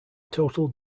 total